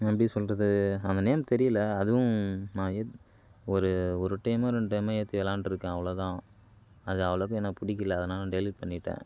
எப்படி சொல்கிறது அந்த நேம் தெரியல அதுவும் ஒரு ஒரு டைமோ ரெண்டு டைமோ ஏத்தி விளாண்டுருக்கன் அவ்வளோதான் அது அவ்வளோக்கும் எனக்கு பிடிக்கல அதனால் டெலிட் பண்ணிட்டேன்